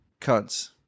Cunts